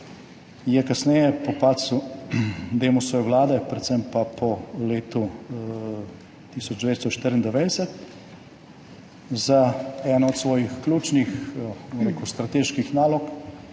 je kasneje po padcu Demosove vlade, predvsem pa po letu 1994, za eno od svojih ključnih strateških nalog